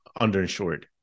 underinsured